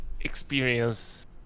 experience